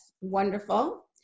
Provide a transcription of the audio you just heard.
wonderful